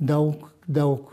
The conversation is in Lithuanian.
daug daug